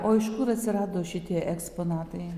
o iš kur atsirado šitie eksponatai